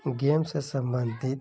game से संबंधित